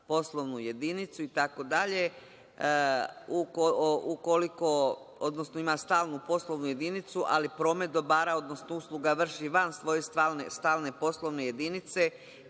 poslovnu jedinicu, itd, odnosno ima stalnu poslovnu jedinicu ali promet dobara odnosno usluga vrši van svoje stalne poslovne jedinice,